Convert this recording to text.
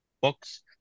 books